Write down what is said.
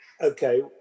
Okay